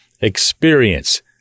experience